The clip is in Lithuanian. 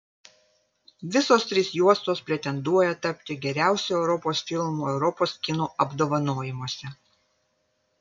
visos trys juostos pretenduoja tapti geriausiu europos filmu europos kino apdovanojimuose